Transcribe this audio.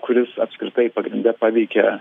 kuris apskritai pagrinde paveikia